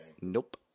Nope